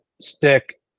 stick